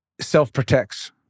self-protects